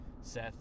Seth